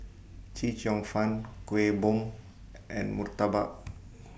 Chee Cheong Fun Kuih Bom and Murtabak